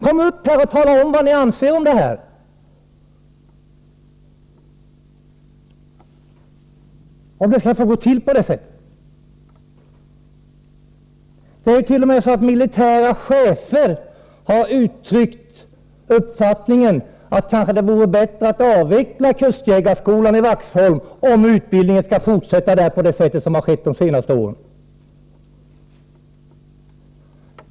Kom upp och tala om vad ni anser om det här! Skall det få gå till på detta sätt? Det hart.o.m. gått så långt att militära chefer har uttryckt uppfattningen att det kanske vore bättre att avveckla kustjägarskolan i Vaxholm, om utbildningen skall fortsätta på det sätt som skett under de senaste åren.